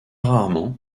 rarement